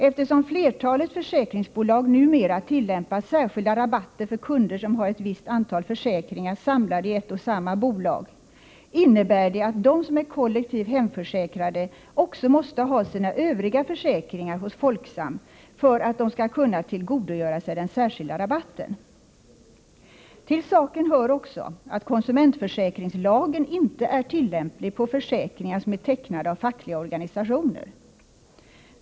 Eftersom flertalet försäkringsbolag numera tillämpar särskilda rabatter för kunder som har ett visst antal försäkringar samlade i ett och samma bolag, innebär det att de som är kollektivt hemförsäkrade också måste ha sina övriga försäkringar hos Folksam för att de skall kunna tillgodogöra sig den särskilda rabatten. Till saken hör också att konsumentförsäkringslagen inte är tillämplig på försäkringar som är tecknade av fackliga organisationer.